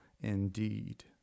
indeed